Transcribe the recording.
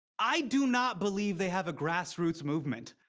i do not believe they have a grassroots movement.